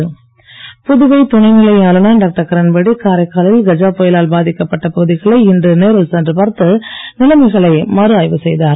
கிரண்பேடி புதுவை துணை நிலை ஆளுநர் டாக்டர் கிரண்பேடி காரைக்காலில் கஜா புயலால் பாதிக்கப்பட்ட பகுதிகளை இன்று நேரில் சென்று பார்த்து நிலைமைகளை மறு ஆய்வு செய்தார்